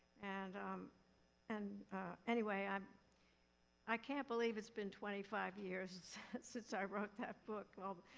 and um and anyway, i um i can't believe it's been twenty five years since i wrote that book um